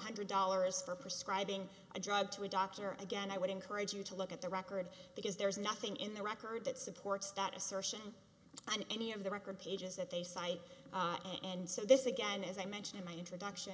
hundred dollars for prescribing a drug to a doctor again i would encourage you to look at the record because there is nothing in the record that supports that assertion on any of the record pages that they cite and so this again as i mentioned in my introduction